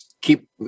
keep